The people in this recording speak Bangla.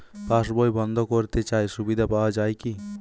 পাশ বই বন্দ করতে চাই সুবিধা পাওয়া যায় কি?